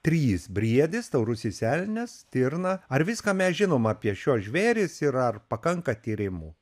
trys briedis taurusis elnias stirna ar viską mes žinom apie šiuos žvėris ir ar pakanka tyrimų